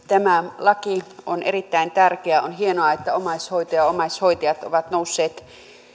tämä laki on erittäin tärkeä on hienoa että omaishoito ja omaishoitajat ovat nousseet